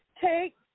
take